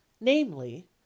namely